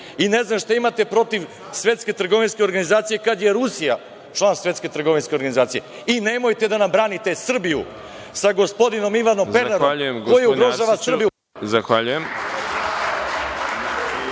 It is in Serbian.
i ne znam šta imate protiv Svetske trgovinske organizacije kada je Rusija član Svetske trgovinske organizacije. I, nemojte da nam branite Srbiju sa gospodinom Ivanom Pernarom koji ugrožava Srbiju.